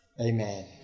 Amen